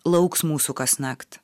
lauks mūsų kasnakt